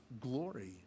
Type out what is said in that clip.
glory